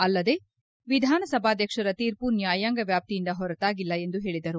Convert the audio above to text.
ಅಲ್ಲದೆ ವಿಧಾನಸಭಾಧಕ್ಷರ ತೀರ್ಮ ನ್ಯಾಯಾಂಗ ವ್ಯಾಪ್ತಿಯಿಂದ ಹೊರತಾಗಿಲ್ಲ ಎಂದು ಹೇಳದರು